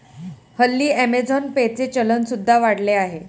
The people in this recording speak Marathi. हल्ली अमेझॉन पे चे चलन सुद्धा वाढले आहे